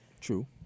True